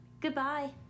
goodbye